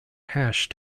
hash